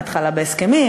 בהתחלה בהסכמים,